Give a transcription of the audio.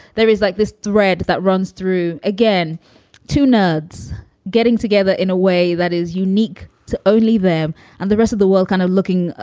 there is like this thread that runs through again to nerds getting together in a way that is unique to only them and the rest of the world kind of looking, ah